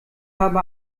habe